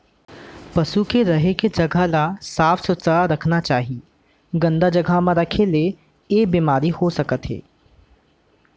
पसु के रहें के जघा ल साफ सुथरा रखना चाही, गंदा जघा म राखे ले ऐ बेमारी हो सकत हे